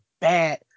bad